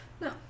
No